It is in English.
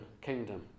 kingdom